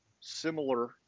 similar